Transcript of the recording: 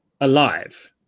alive